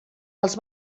els